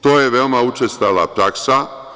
To je veoma učestala praksa.